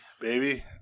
baby